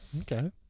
okay